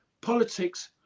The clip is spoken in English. Politics